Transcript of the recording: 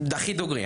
הכי דוגרי,